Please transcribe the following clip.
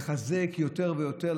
ולחזק יותר ויותר,